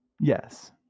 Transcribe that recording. Yes